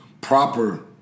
proper